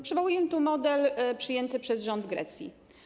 Przywołuję tu model przyjęty przez rząd Grecji.